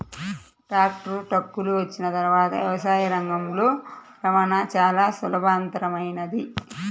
tractor, ట్రక్కులు వచ్చిన తర్వాత వ్యవసాయ రంగంలో రవాణా చాల సులభతరమైంది